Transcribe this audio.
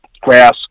grass